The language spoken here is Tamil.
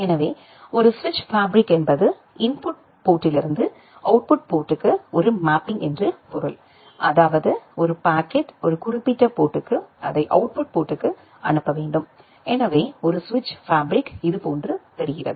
எனவே ஒரு சுவிட்ச் ஃபேப்ரிக் என்பது இன்புட் போர்டிலிருந்து அவுட்புட் போர்ட்டுக்கு ஒரு மேப்பிங் என்று பொருள் அதாவது ஒரு பாக்கெட் ஒரு குறிப்பிட்ட போர்ட்டுக்கு அதை அவுட்புட் போர்ட்டுக்கு அனுப்ப வேண்டும் எனவே ஒரு சுவிட்ச் ஃபேப்ரிக் இதுபோன்று தெரிகிறது